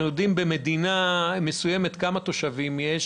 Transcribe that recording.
אנחנו יודעים במדינה מסוימת כמה תושבים יש,